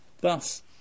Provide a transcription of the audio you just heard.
Thus